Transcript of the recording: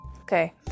Okay